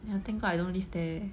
ya thank god I don't live there leh